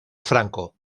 franco